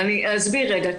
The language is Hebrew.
אסביר רגע.